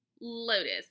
Lotus